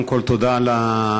קודם כול, תודה על התשובה.